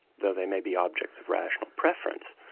though they may be objects of rational preference,